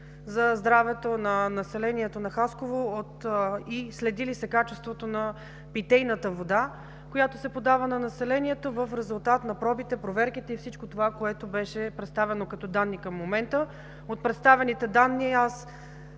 за здравето на населението на Хасково и следи ли се качеството на питейната вода, която се подава на населението в резултат на пробите, проверките и всичко това, което беше представено като данни към момента? От представените данни